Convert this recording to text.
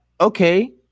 okay